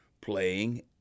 playing